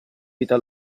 vita